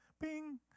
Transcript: Bing